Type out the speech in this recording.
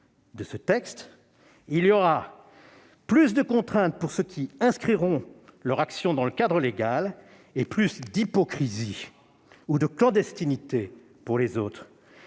de ce texte ? Il y aura plus de contraintes pour ceux qui inscriront leur action dans le cadre légal et plus d'hypocrisie ou de clandestinité pour les autres.